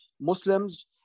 Muslims